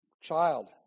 child